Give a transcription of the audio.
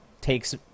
takes